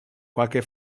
qualche